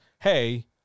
Hey